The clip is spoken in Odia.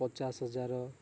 ପଚାଶ ହଜାର